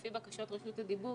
לפי בקשות רשות הדיבור,